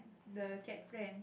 the cat friend